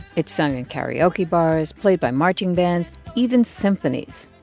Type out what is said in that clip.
it's sung in karaoke bars, played by marching bands, even symphonies.